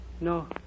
No